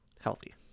healthy